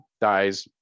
Dies